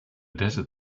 desert